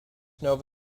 nova